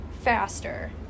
faster